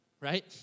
Right